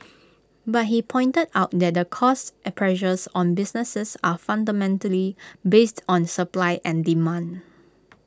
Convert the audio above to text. but he pointed out that the cost pressures on businesses are fundamentally based on supply and demand